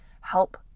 help